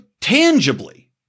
tangibly